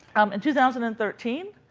um and two thousand and thirteen,